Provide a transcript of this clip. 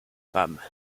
femme